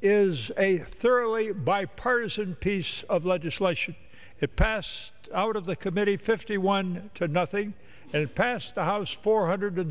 is a thoroughly bipartisan piece of legislation it pass out of the committee fifty one to nothing and passed the house four hundred